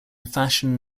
fashion